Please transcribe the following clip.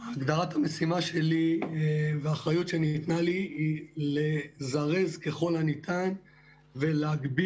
הגדרת המשימה שלי והאחריות שניתה לי היא לזרז ככל הניתן ולהגביר,